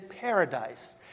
paradise